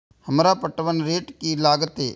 हमरा पटवन रेट की लागते?